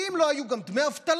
כי אם לא היו גם דמי אבטלה,